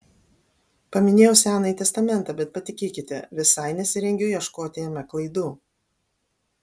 paminėjau senąjį testamentą bet patikėkite visai nesirengiu ieškoti jame klaidų